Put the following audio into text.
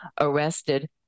arrested